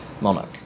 monarch